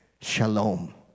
shalom